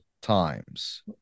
times